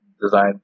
design